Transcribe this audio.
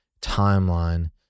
timeline